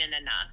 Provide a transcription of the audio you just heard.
enough